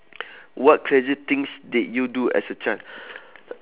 what crazy things did you do as a child